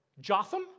Jotham